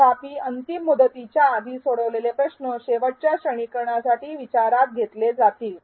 तथापि अंतिम मुदतीच्या आधी सोडवलेले प्रश्न शेवटच्या श्रेणीकरणासाठी विचारात घेतले जातील